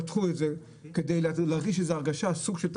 פתחו את זה כדי להרגיש שיש סוג של תחרות,